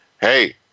Hey